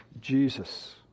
Jesus